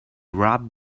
wrapped